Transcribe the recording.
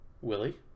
Willie